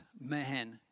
man